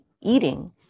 eating